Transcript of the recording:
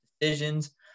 decisions